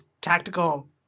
tactical